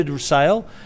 sale